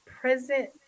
present